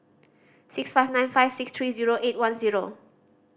six five nine five six three zero eight one zero